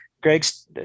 Greg's